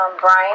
Brian